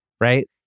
right